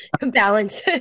balance